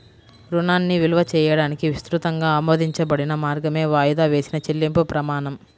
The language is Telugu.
రుణాన్ని విలువ చేయడానికి విస్తృతంగా ఆమోదించబడిన మార్గమే వాయిదా వేసిన చెల్లింపు ప్రమాణం